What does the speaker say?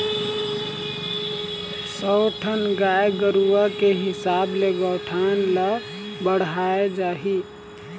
सौ ठन गाय गरूवा के हिसाब ले गौठान ल बड़हाय जाही